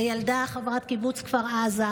לילדה חברת קיבוץ כפר עזה,